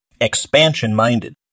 Expansion-minded